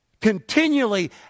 Continually